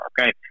Okay